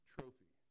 Trophy